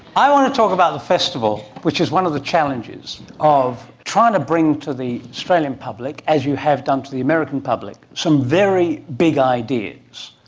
want to talk about the festival, which is one of the challenges of trying to bring to the australian public, as you have done to the american public, some very big ideas,